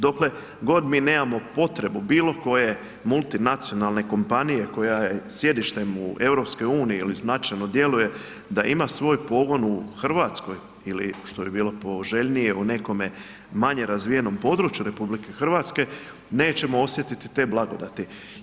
Dokle god mi nemamo potrebu bilo koje multinacionalne kompanije koja je sjedištem u EU ili značajno djeluje, da ima svoj pogon u Hrvatskoj ili što bi bilo poželjnije ili u nekom manje razvijenom području RH, nećemo osjetiti te blagodati.